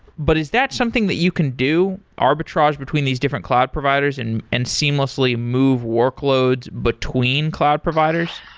but is that something that you can do arbitrage between these different cloud providers and and seamlessly move workloads between cloud providers?